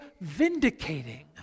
vindicating